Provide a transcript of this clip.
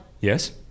Yes